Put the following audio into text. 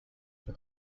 for